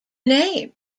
name